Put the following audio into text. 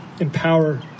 empower